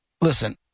listen